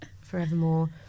forevermore